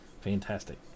Fantastic